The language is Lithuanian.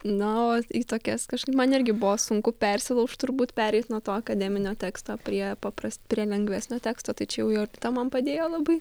na o į tokias kažkaip man irgi buvo sunku persilaužt turbūt pereit nuo to akademinio teksto prie papras prie lengvesnio teksto tai čia jau jolita man padėjo labai